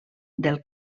del